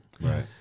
right